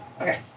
okay